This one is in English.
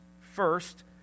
First